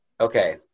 okay